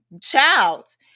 child